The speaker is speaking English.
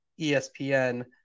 ESPN